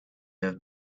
have